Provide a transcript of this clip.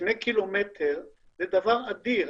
2 ק"מ זה דבר אדיר.